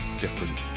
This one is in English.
different